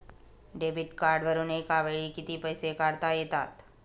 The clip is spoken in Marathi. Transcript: डेबिट कार्डवरुन एका वेळी किती पैसे काढता येतात?